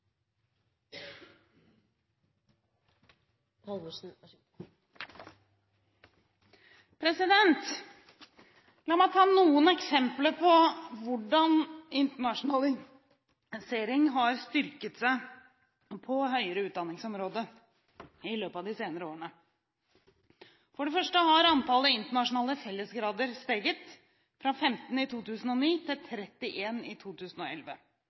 La meg ta noen eksempler på hvordan internasjonalisering har styrket seg på høyere utdanningsområdet i løpet av de senere årene. For det første har antallet internasjonale fellesgrader steget fra 15 i 2009 til 31 i 2011.